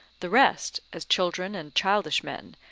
the rest, as children and childish men,